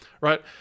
right